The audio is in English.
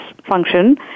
function